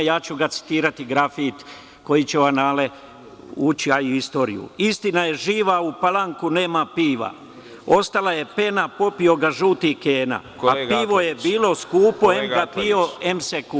Citiraću grafit koji će ući u istoriju – istina je živa, u Palanku nema piva, ostala je pena, popio ga žuti Kena, a pivo je bilo skupo, em ga pio, em se kupo